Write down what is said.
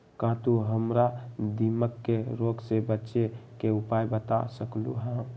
का तू हमरा दीमक के रोग से बचे के उपाय बता सकलु ह?